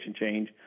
change